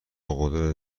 قدرت